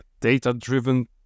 data-driven